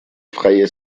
freie